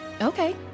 Okay